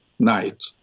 night